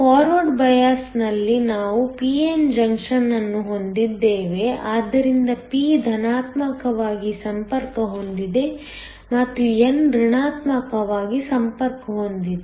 forward ಬಯಾಸ್ದಲ್ಲಿ ನಾವು p n junction ಅನ್ನು ಹೊಂದಿದ್ದೇವೆ ಆದ್ದರಿಂದ p ಧನಾತ್ಮಕವಾಗಿ ಸಂಪರ್ಕ ಹೊಂದಿದೆ ಮತ್ತು n ಋಣಾತ್ಮಕವಾಗಿ ಸಂಪರ್ಕ ಹೊಂದಿದೆ